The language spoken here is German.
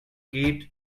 geht